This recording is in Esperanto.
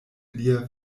lia